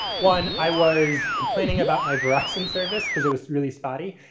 one, i was complaining about my verizon service because it was really spotty.